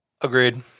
agreed